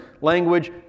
language